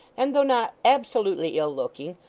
and though not absolutely ill-looking,